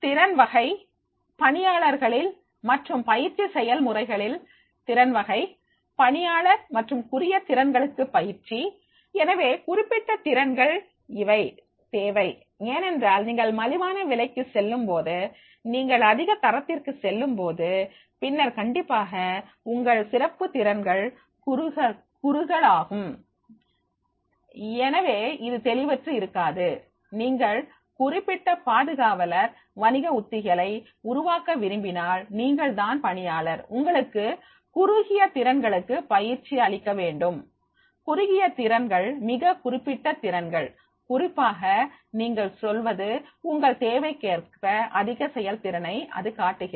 திறன் வகை பணியாளர்களில் மற்றும் பயிற்சி செயல்முறைகளில் திறன் வகை பணியாளர் மற்றும் குறுகிய திறன்களுக்கு பயிற்சி எனவே குறிப்பிட்ட திறன்கள் இவை தேவை ஏனென்றால் நீங்கள் மலிவான விலைக்கு செல்லும்போது நீங்கள் அதிக தரத்திற்கு செல்லும்போது பின்னர் கண்டிப்பாக உங்கள் சிறப்பு திறன்கள் குறுகளாகும் எனவே அது தெளிவற்று இருக்காது நீங்கள் குறிப்பிட்ட பாதுகாவலர் வணிக உத்திகளை உருவாக்க விரும்பினால் நீங்கள் தான் பணியாளர் உங்களுக்கு குறுகிய திறன்களுக்கு பயிற்சி அளிக்க வேண்டும் குறுகிய திறன்கள் மிக குறிப்பிட்ட திறன்கள் குறிப்பாக சொல்வது உங்கள் தேவைக்கேற்ப அதிக செயல் திறனை இது காட்டுகிறது